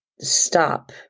stop